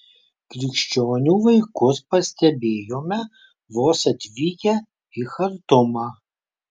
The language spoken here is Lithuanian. krikščionių vaikus pastebėjome vos atvykę į chartumą